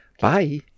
Bye